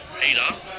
Peter